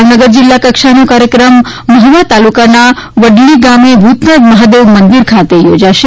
ભાવનગર જિલ્લા કક્ષાનો કાર્યક્રમ મહુવા તાલુકાના વડલી ગામે ભૂતનાથ મહાદેવ મંદિર ખાતે યોજાશે